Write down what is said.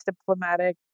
diplomatic